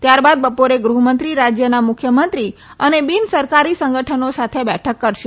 ત્યારબાદ બપોરે ગૃહમંત્રી રાજયના મુખ્યમંત્રી અને બીન સરકારી સંગઠનો સાથે બેઠક કરશે